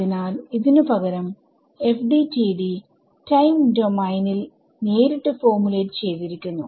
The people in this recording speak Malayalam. അതിനാൽ ഇതിന് പകരം FDTD ടൈം ഡോമൈനിൽ നേരിട്ട് ഫോർമുലേറ്റ് ചെയ്തിരിക്കുന്നു